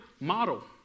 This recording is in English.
model